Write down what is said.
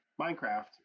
Minecraft